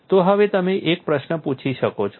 તો હવે તમે એક પ્રશ્ન પૂછી શકો છો